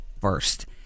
first